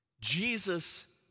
Jesus